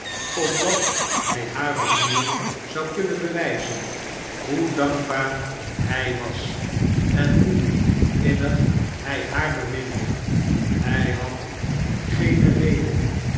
opdat hij haar opnieuw zou kunnen bewijzen hoe dankbaar hij was en hoe innig hij haar beminde hij had geene redenen